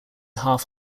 half